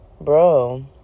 bro